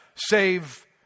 Save